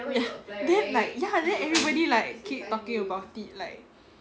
ya then like ya then everybody like keep talking about it like